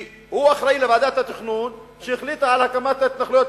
שהוא אחראי לוועדת התכנון שהחליטה על הקמת ההתנחלויות,